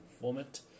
format